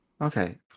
Okay